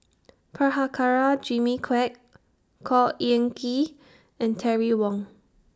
Prabhakara Jimmy Quek Khor Ean Ghee and Terry Wong